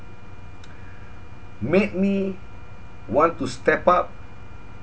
made me want to step up